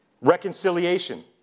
reconciliation